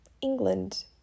England